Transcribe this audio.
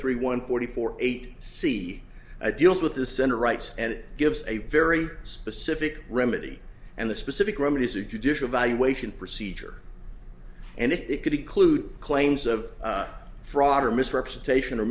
three one forty four eight see a deals with the center right and it gives a very specific remedy and the specific remedy is a judicial valuation procedure and it could include claims of fraud or misrepresentation or